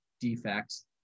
defects